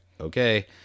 Okay